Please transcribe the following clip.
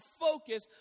focus